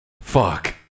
fuck